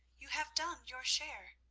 you have done your share.